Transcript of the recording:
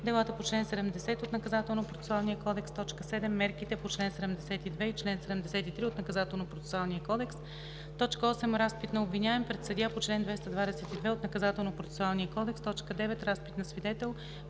Делата по чл. 70 от Наказателно-процесуалния кодекс; 7. Мерките по чл. 72 и чл. 73 от Наказателно-процесуалния кодекс; 8. Разпит на обвиняем пред съдия по чл. 222 от Наказателно-процесуалния кодекс; 9. Разпит на свидетел